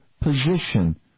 position